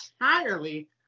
entirely